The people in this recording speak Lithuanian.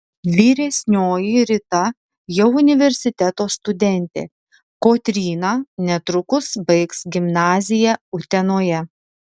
vyresnioji rita jau universiteto studentė kotryna netrukus baigs gimnaziją utenoje